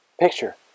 picture